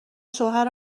شوهر